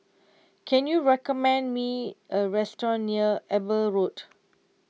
can you recommend me a restaurant near Eber Road